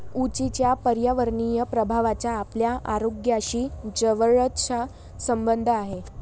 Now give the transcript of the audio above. उंचीच्या पर्यावरणीय प्रभावाचा आपल्या आरोग्याशी जवळचा संबंध आहे